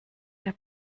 der